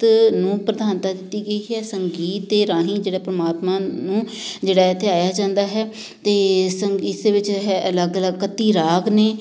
ਤ ਨੂੰ ਪ੍ਰਧਾਨਤਾ ਦਿੱਤੀ ਗਈ ਹੈ ਸੰਗੀਤ ਦੇ ਰਾਹੀਂ ਜਿਹੜਾ ਪਰਮਾਤਮਾ ਨੂੰ ਜਿਹੜਾ ਹੈ ਧਿਆਇਆ ਜਾਂਦਾ ਹੈ ਅਤੇ ਸੰ ਇਸ ਵਿੱਚ ਹੈ ਅਲੱਗ ਅਲੱਗ ਇੱਕਤੀ ਰਾਗ ਨੇ